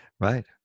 Right